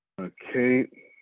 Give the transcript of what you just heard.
Okay